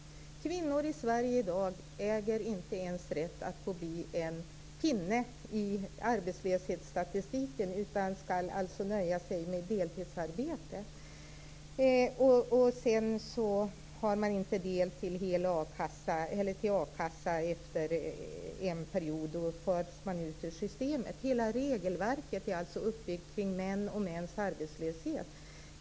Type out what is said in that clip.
Kvinnor i Sverige äger i dag inte ens rätt att bli en pinne i arbetslöshetsstatistiken, utan skall nöja sig med deltidsarbete. Efter en period har man inte rätt till a-kassa. Då förs man ut ur systemet. Hela regelverket är alltså uppbyggt kring män och mäns arbetslöshet.